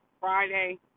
Friday